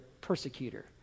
persecutor